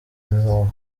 imihoho